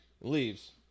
leaves